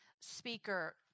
speaker